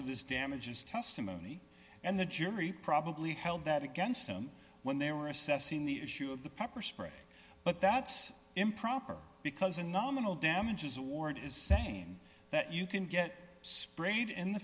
of this damages testimony and the jury probably held that against him when they were assessing the issue of the pepper spray but that's improper because a nominal damages award is saying that you can get sprayed in the